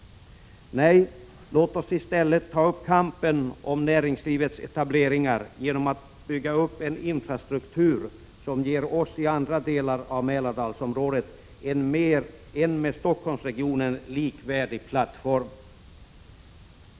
Nej, låt oss i stället ta upp kampen om näringslivets etableringar genom att bygga upp en infrastruktur som ger oss i andra delar av Mälardalsområdet en med Stockholmsregionen likvärdig plattform.